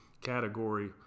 category